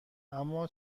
اِما